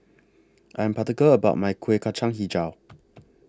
I Am particular about My Kueh Kacang Hijau